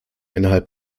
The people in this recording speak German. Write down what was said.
innerhalb